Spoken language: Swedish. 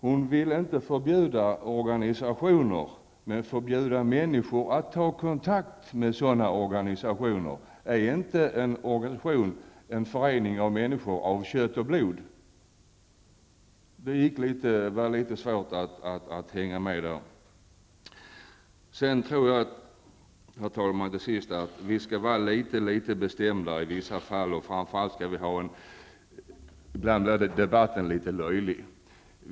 Hon vill inte förbjuda rasistiska organisationer men förbjuda människor att ta kontakt med sådana organisationer. Är inte en organisation en förening av människor av kött och blod? Det var litet svårt att hänga med där. Sedan tror jag, herr talman, till sist att vi skall vara litet bestämdare i vissa fall. Men ibland blir debatten litet löjlig.